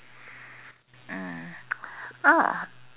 um ah